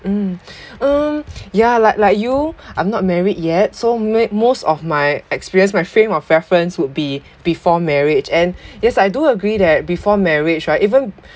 mm um yeah like like you I'm not married yet so m~ most of my experience my frame of reference would be before marriage and yes I do agree that before marriage right even